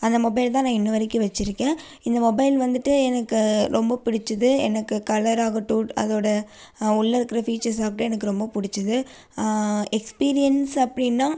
அந்த மொபைல் தான் நான் இன்ன வரைக்கும் வச்சுருக்கேன் இந்த மொபைல் வந்துட்டு எனக்கு ரொம்ப பிடிச்சிது எனக்கு கலர் ஆகட்டும் அதோடய உள்ள இருக்கிற ஃபீச்சர்ஸ் அப்டி எனக்கு ரொம்ப பிடிச்சிது எக்ஸ்பீரியன்ஸ் அப்படின்னா